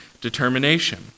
determination